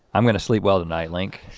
i'm gonna sleep well tonight, link.